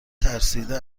ترسیده